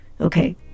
Okay